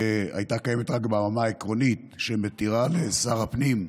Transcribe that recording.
שהיה קיים רק ברמה העקרונית, שמתירים לשר הפנים,